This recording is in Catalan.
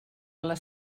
les